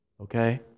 okay